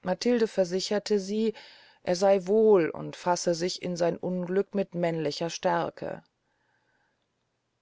matilde versicherte sie er sey wohl und fasse sich in sein unglück mit männlicher stärke